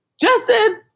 Justin